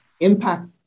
impact